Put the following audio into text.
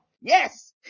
Yes